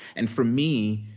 and, for me,